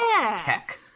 tech